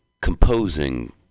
composing